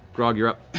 grog, you're up.